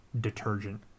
detergent